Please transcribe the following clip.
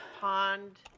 Pond